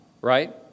right